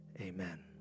amen